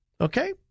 okay